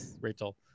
Rachel